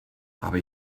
habe